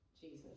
Jesus